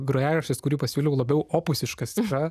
grojaraštis kurį pasiūliau labiau